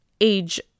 age